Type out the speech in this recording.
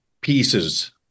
pieces